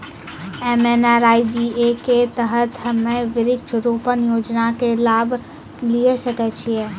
MNREGA के तहत हम्मय वृक्ष रोपण योजना के तहत लाभ लिये सकय छियै?